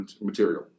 material